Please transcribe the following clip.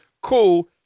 Cool